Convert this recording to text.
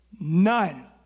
None